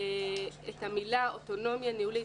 את המילה אוטונומיה ניהולית,